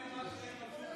הכיבוש, אחרי מה שהם עשו פה?